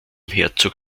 herzog